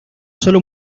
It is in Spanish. solo